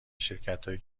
شرکتهایی